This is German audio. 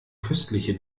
köstliche